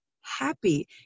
happy